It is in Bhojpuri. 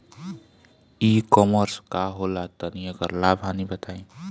ई कॉमर्स का होला तनि एकर लाभ हानि बताई?